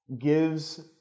gives